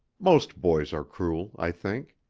most boys are cruel, i think.